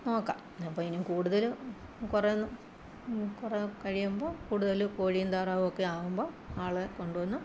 നോക്കാം അപ്പം ഇനി കൂടുതൽ കുറവെന്നു കുറെ കഴിയുമ്പോൾ കൂടുതൽ കോഴിയും താറാവുമൊക്കെ ആകുമ്പോൾ ആളെ കൊണ്ടുവന്ന്